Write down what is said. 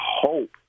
hope